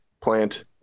plant